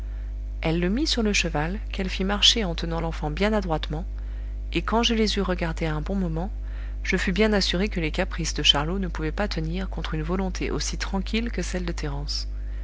elle le mit sur le cheval qu'elle fit marcher en tenant l'enfant bien adroitement et quand je les eus regardés un bon moment je fus bien assuré que les caprices de charlot ne pouvaient pas tenir contre une volonté aussi tranquille que celle de